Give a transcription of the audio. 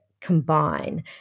combine